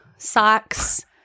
Socks